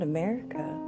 America